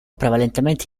prevalentemente